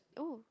oh